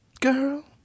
Girl